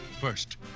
First